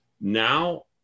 now